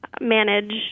manage